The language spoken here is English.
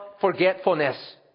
forgetfulness